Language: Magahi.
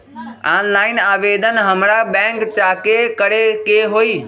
ऑनलाइन आवेदन हमरा बैंक जाके करे के होई?